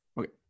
Okay